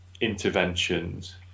interventions